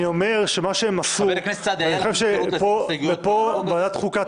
אני אומר שמה שהם עשו ופה ועדת חוקה